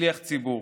כשליח ציבור.